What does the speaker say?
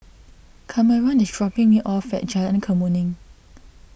Kameron is dropping me off at Jalan Kemuning